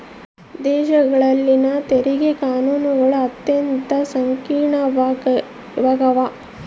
ದೇಶಗಳಲ್ಲಿನ ತೆರಿಗೆ ಕಾನೂನುಗಳು ಅತ್ಯಂತ ಸಂಕೀರ್ಣವಾಗ್ಯವ